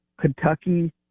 Kentucky